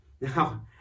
Now